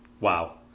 Wow